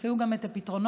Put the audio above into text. תמצאו גם את הפתרונות.